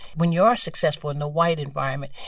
when you're successful in the white environment,